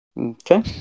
Okay